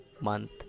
month